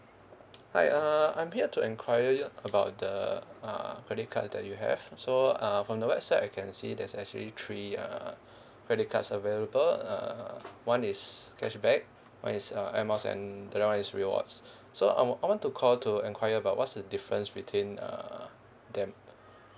hi uh I'm here to enquire you about the uh credit card that you have so uh from the website I can see there's actually three uh credit cards available uh one is cashback [one] is uh air miles and the other one is rewards so I want I want to call to enquire about what's the difference between uh them